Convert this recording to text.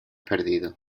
perdido